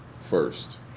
first